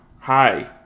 Hi